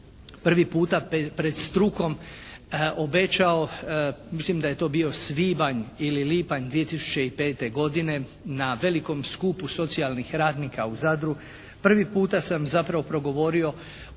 prvi puta pred strukom obećao, mislim da je to bio svibanj ili lipanj 2005. godine na velikom skupu socijalnih radnika u Zadru. Prvi puta sam zapravo progovorio